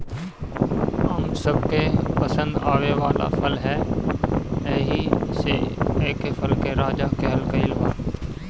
आम सबके पसंद आवे वाला फल ह एही से एके फल के राजा कहल गइल बा